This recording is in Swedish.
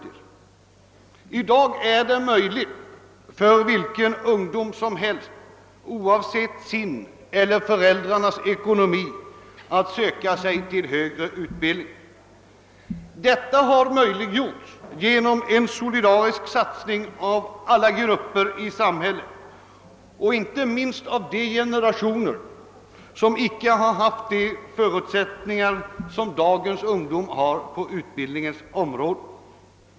I dag är det möjligt för vilken ungdom som helst, oavsett sin egen eller föräldrarnas ekonomi, att söka sig till högre utbildning. Detta har möjliggjorts genom en solidarisk satsning av alla grupper i samhället och inte minst av de generationer som icke har haft de förutsättningar som dagens ungdom har på utbildningens område.